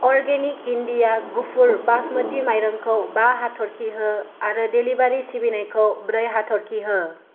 organic India गुफुर बास्मति माइरंखौ बा हाथरखि हो आरो डेलिबारि सिबिनायखौ ब्रै हाथरखि हो